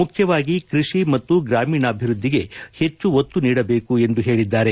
ಮುಖ್ಯವಾಗಿ ಕೃಷಿ ಮತ್ತು ಗ್ರಾಮೀಣಾಭಿವೃದ್ಧಿಗೆ ಹೆಚ್ಚು ಒತ್ತು ನೀಡಬೇಕು ಎಂದು ಹೇಳಿದ್ದಾರೆ